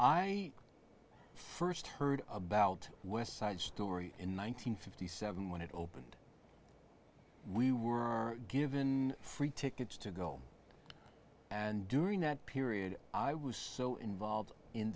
i first heard about west side story in one nine hundred fifty seven when it opened we were given free tickets to go and during that period i was so involved in